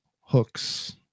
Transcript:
hooks